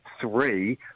three